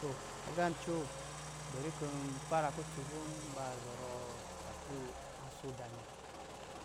To, agā ncōō, beri kɔ̄ n fara kutun kɔ̄ ba zɔrɔ saplu a soda nɛ.